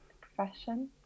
profession